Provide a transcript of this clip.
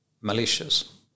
malicious